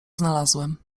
znalazłem